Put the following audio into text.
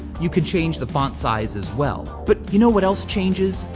you can change the font size as well. but you know what else changes?